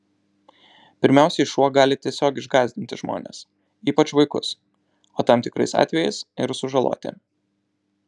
pirmiausiai šuo gali tiesiog išgąsdinti žmones ypač vaikus o tam tikrais atvejais ir sužaloti